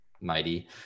mighty